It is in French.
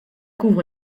couvre